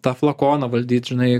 tą flakoną valdyt žinai